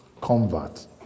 convert